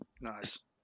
Nice